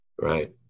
Right